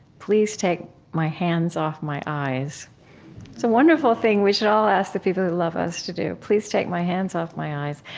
please take my hands off my eyes. it's a wonderful thing we should all ask the people who love us to do please take my hands off my eyes.